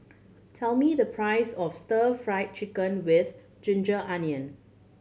tell me the price of Stir Fry Chicken with ginger onion